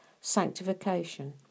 sanctification